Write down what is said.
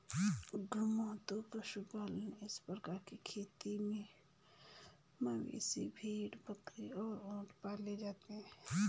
घुमंतू पशुपालन इस प्रकार की खेती में मवेशी, भेड़, बकरी और ऊंट पाले जाते है